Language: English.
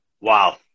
Wow